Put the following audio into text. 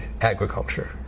agriculture